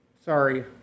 sorry